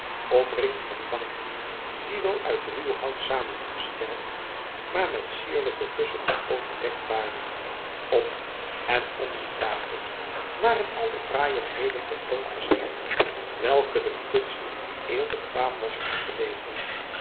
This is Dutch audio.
omringd van banken die wel uit ruw hout samengesteld maar met sierlijke kussens overdekt waren op en om die tafels waren al de fraaiigheden ten toon gesteld welke de kunst in die eeuw bekwaam was op te leveren